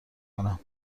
کنم